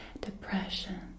depression